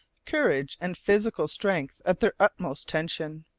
courage, and physical strength at their utmost tension.